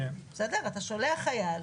אתה שולח חייל,